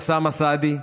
אוסאמה סעדי,